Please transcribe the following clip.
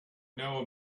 know